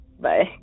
Bye